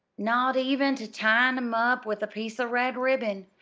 not even ter tyin' em up with a piece of red ribbon.